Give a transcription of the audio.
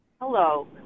Hello